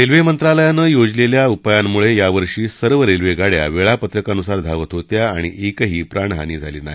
railway मंत्रालयानं योजलेल्या उपायांमुळे यावर्षी सर्व रेल्वेगाड्या वेळापत्रकानुसार धावत होत्या आणि एकही प्राणहानी झाली नाही